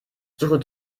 suche